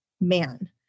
man